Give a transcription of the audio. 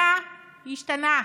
מה השתנה?